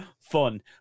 fun